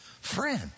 friend